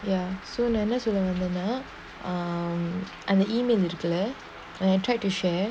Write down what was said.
ya so unless you remember um and the email you declare when I tried to share